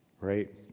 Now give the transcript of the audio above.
right